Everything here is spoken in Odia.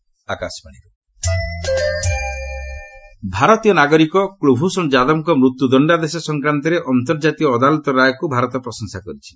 ଇଣ୍ଡିଆ ଯାଦବ ଭାରତୀୟ ନାଗରିକ କୂଳଭୂଷଣ ଯାଦବଙ୍କ ମୃତ୍ୟୁ ଦଶ୍ଡାଦେଶ ସଂକ୍ରାନ୍ତରେ ଅନ୍ତର୍ଜାତୀୟ ଅଦାଲତର ରାୟକୁ ଭାରତ ପ୍ରଶଂସା କରିଛି